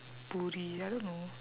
poori I don't know